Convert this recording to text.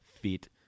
fit